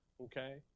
okay